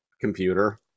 computer